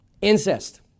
incest